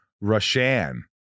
Roshan